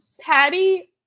Patty